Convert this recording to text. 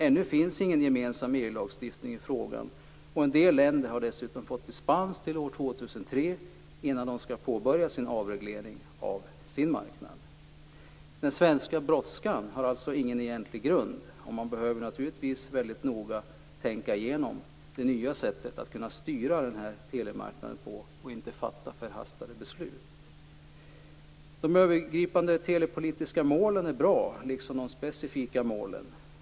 Ännu finns ingen gemensam EU-lagstiftning i frågan, och en del länder har dessutom fått dispens till år 2003 innan de skall påbörja avreglering av sin marknad. Den svenska brådskan har alltså ingen egentlig grund. Man behöver naturligtvis tänka igenom det nya sättet att styra telemarknaden på väldigt noga och inte fatta förhastade beslut. De övergripande telepolitiska målen är bra, liksom de specifika målen.